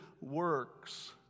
works